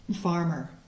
farmer